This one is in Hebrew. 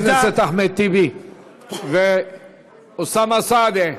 חברי הכנסת אחמד טיבי ואוסאמה סעדי,